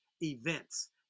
events